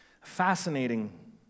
fascinating